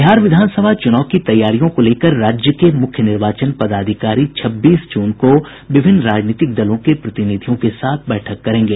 बिहार विधानसभा चुनाव की तैयारियों को लेकर राज्य के मुख्य निर्वाचन पदाधिकारी छब्बीस जून को विभिन्न राजनीतिक दलों के प्रतिनिधियों के साथ बैठक करेंगे